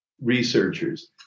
researchers